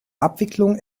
abwicklung